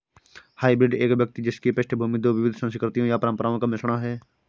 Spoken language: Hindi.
हाइब्रिड एक व्यक्ति जिसकी पृष्ठभूमि दो विविध संस्कृतियों या परंपराओं का मिश्रण है